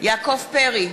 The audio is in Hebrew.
יעקב פרי,